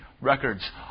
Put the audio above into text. records